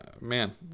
man